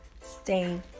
stay